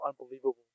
unbelievable